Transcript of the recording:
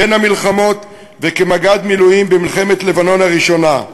וכמג"ד מילואים, במלחמת לבנון הראשונה.